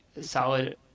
solid